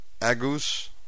Agus